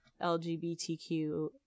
LGBTQ